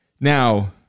now